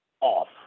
off